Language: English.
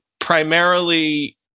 primarily